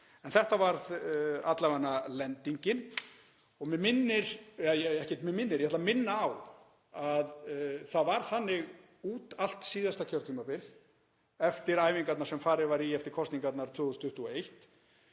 En þetta varð alla vega lendingin og ég ætla að minna á að það var þannig út allt síðasta kjörtímabil, eftir æfingarnar sem farið var í eftir kosningarnar 2021,